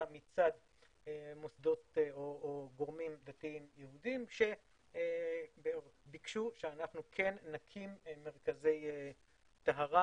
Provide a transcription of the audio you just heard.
מצד גורמים דתיים יהודיים שביקשו שאנחנו כן נקים מרכזי טהרה